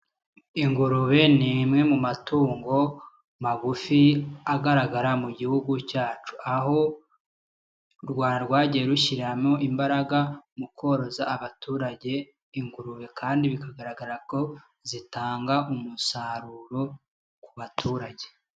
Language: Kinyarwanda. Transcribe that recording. Ingurube ni imwe mu matungo magufi agaragara mu gihugu cyacu, aho u Rwanda rwagiye rushyiramo imbaraga mu koroza abaturage ingurube kandi bikagaragara ko zitanga umusaruro ku baturage.